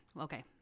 Okay